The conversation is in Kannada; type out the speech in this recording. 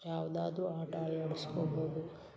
ಯಾವುದಾದ್ರೂ ಆಟ ಅಳವಡಿಸ್ಕೊಬೋದು